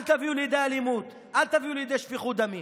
אל תביאו לידי אלימות, אל תביאו לידי שפיכות דמים,